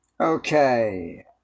okay